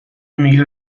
میگه